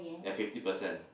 at fifty percent